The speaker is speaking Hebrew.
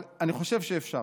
אבל אני חושב שאפשר.